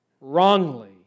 wrongly